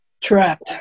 Trapped